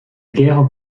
guerre